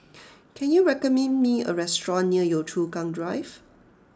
can you recommend me a restaurant near Yio Chu Kang Drive